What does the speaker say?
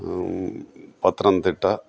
Pathanamthitta